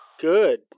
Good